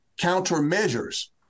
countermeasures